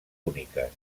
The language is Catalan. úniques